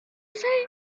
say